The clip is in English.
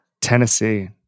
Tennessee